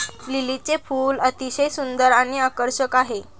लिलीचे फूल अतिशय सुंदर आणि आकर्षक आहे